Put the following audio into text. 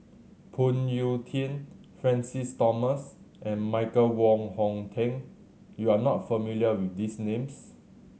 Phoon Yew Tien Francis Thomas and Michael Wong Hong Teng you are not familiar with these names